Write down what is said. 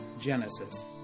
Genesis